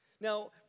Now